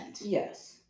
Yes